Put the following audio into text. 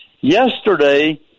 Yesterday